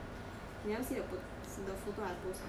but 那个我哭 eh 我哭到 sibeh 惨 eh